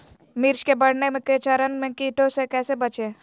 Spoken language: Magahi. मिर्च के बढ़ने के चरण में कीटों से कैसे बचये?